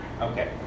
Okay